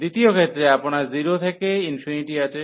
দ্বিতীয় ক্ষেত্রে আপনার 0 থেকে ∞ আছে